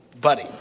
buddy